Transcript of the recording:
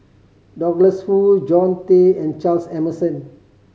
Douglas Foo John Tay and Charles Emmerson